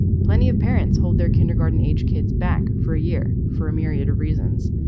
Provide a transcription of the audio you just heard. plenty of parents hold their kindergarten age kids back for a year for a myriad of reasons.